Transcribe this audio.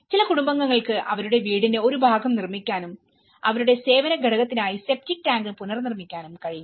ചില കുടുംബങ്ങൾക്ക് അവരുടെ വീടിന്റെ ഒരു ഭാഗം പുനർനിർമ്മിക്കാനും അവരുടെ സേവന ഘടകത്തിനായി സെപ്റ്റിക് ടാങ്ക് പുനർനിർമ്മിക്കാനും കഴിഞ്ഞു